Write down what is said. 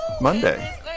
monday